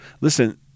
Listen